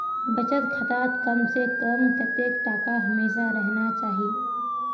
बचत खातात कम से कम कतेक टका हमेशा रहना चही?